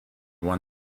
won